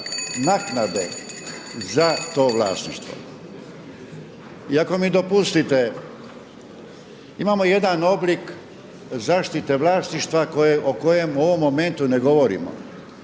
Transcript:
naknade za to vlasništvo. I ako mi dopustite imamo jedan oblik zaštite vlasništva o kojem u ovom momentu ne govorimo.